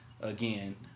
again